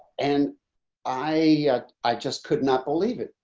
and i i just could not believe it.